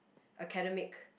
academic